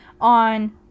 on